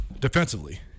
defensively